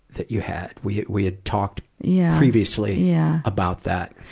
that you had. we, we had talked yeah previously yeah about that.